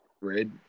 Red